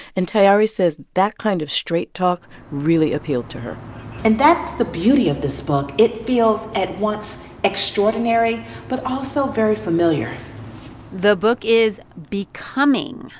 and tayari says that kind of straight talk really appealed to her and that's the beauty of this book. it feels at once extraordinary but also very familiar the book is becoming,